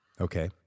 Okay